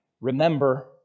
Remember